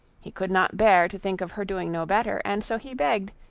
he could not bear to think of her doing no better, and so he begged,